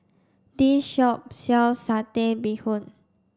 this shop sells satay bee hoon